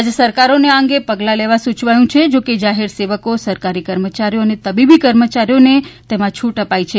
રાજય સરકારોને આ અંગે પગલાં લેવા સૂચવ્યું છે જો કે જાહેર સેવકો સરકારી કર્મચારીઓ અને તબીબી કર્મચારીઓને તેમાં છુટ આપી છે